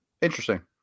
Interesting